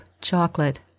chocolate